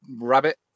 rabbit